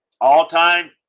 all-time